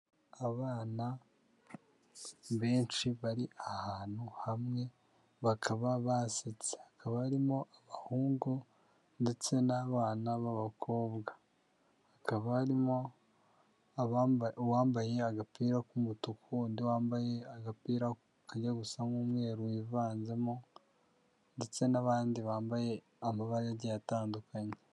Abana benshi bari ahantu hamwe bakaba basetse, hakaba barimo abahungu ndetse n'abana b'abakobwa, hakaba harimo uwambaye agapira k'umutuku undi wambaye agapira kajya gusa nk'umweru wivanzemo ndetse n'abandi bambaye amabara agiye atandukanye.